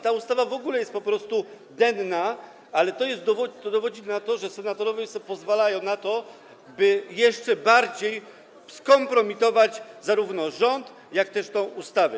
Ta ustawa w ogóle jest po prostu denna, ale to dowodzi tego, że senatorowie sobie pozwalają na to, by jeszcze bardziej skompromitować zarówno rząd, jak też tę ustawę.